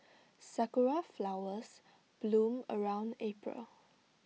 Sakura Flowers bloom around April